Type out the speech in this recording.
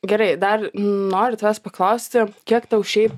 gerai dar noriu tavęs paklausti kiek tau šiaip